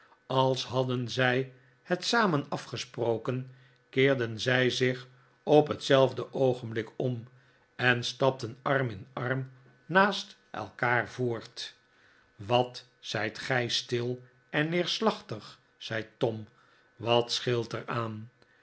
als hadden zij het samen afgesproken keerden zij zich op hetzelfde oogenblik ora en stapten arm in arm naast elkaar voort wat zijt gij stil en neerslachtig zei tom wat scheelt er aan